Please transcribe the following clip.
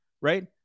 right